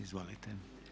Izvolite.